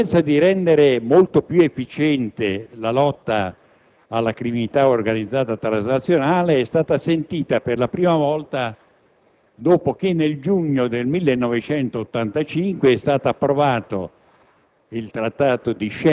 L'esigenza di rendere molto più efficiente la lotta alla criminalità organizzata transnazionale è stata sentita, per la prima volta, dopo che nel giugno 1985 è stato approvato